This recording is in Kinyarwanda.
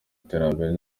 iterambere